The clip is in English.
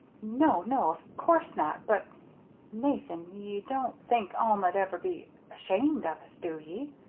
no, no, of course not but nathan, ye don't think alma'd ever be ashamed of us, do ye?